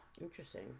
Interesting